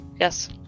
Yes